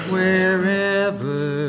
Wherever